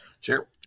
Sure